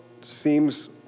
seems